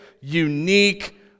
unique